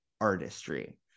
artistry